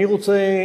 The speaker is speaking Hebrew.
אני רוצה,